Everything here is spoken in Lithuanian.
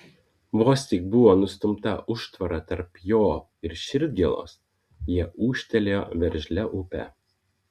vos tik buvo nustumta užtvara tarp jo ir širdgėlos jie ūžtelėjo veržlia upe